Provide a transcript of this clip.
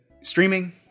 Streaming